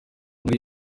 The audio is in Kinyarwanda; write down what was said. muri